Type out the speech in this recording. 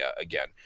again